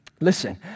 Listen